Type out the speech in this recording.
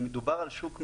מדובר על שוק משוכלל,